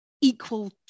equal